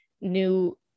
new